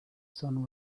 sun